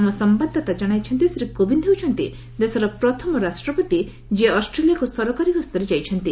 ଆମ ସମ୍ଭାଦଦାତା ଜଣାଇଛନ୍ତି ଶ୍ରୀ କୋବିନ୍ଦ୍ ହେଉଛନ୍ତି ଦେଶର ପ୍ରଥମ ରାଷ୍ଟ୍ରପତି ଯିଏ ଅଷ୍ଟ୍ରେଲିଆକୁ ସରକାରୀ ଗସ୍ତରେ ଯାଇଛନ୍ତି